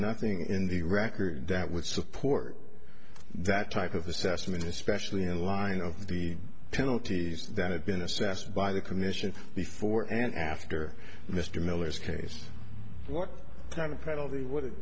nothing in the record that would support that type of the sesame especially in light of the penalties that have been assessed by the commission before and after mr miller's case what kind of penalty w